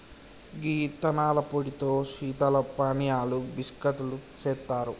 గీ యిత్తనాల పొడితో శీతల పానీయాలు బిస్కత్తులు సెత్తారు